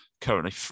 Currently